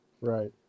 right